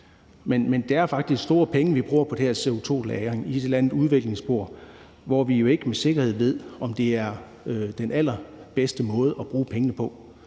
Men det er faktisk store penge, vi bruger på det her med CO2-lagring i et eller andet udviklingsspor, hvor vi jo ikke med sikkerhed ved, om det er den allerbedste måde at bruge pengene på.